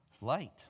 Light